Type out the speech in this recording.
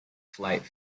flight